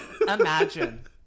imagine